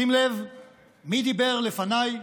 שים לב מי דיבר לפניי.